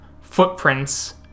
footprints